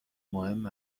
مهم